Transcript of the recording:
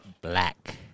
Black